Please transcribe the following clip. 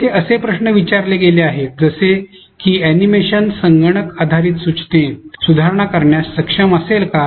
येथे असे प्रश्न विचारले गेले आहेत जसे की अॅनिमेशन संगणक आधारित सूचनेत सुधारणा करण्यास सक्षम असेल का